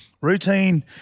Routine